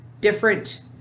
different